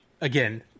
again